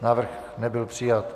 Návrh nebyl přijat.